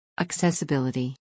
Accessibility